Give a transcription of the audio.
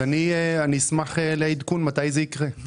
אשמח לעדכון מתי זה יקרה.